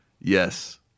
Yes